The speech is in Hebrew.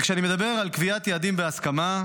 וכשאני מדבר על קביעת יעדים בהסכמה,